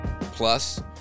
Plus